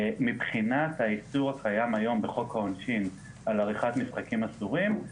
מבחינת האיסור הקיים היום בחוק העונשין על עריכת משחקים אסורים,